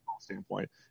standpoint